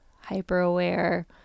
hyper-aware